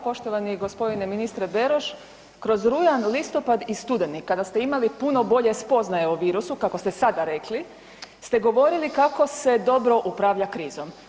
Poštovani gospodine ministre Beroš, kroz rujan, listopad i studeni kada ste imali puno bolje spoznaje o virusu kako ste sada rekli ste govorili kako se dobro upravlja krizom.